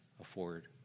afford